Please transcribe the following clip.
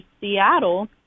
Seattle